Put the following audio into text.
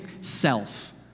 self